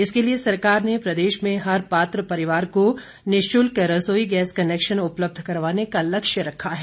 इसके लिए सरकार ने प्रदेश में हर पात्र परिवार को निशुल्क रसोईगैस कनेक्शन उपलब्ध करवाने का लक्ष्य रखा है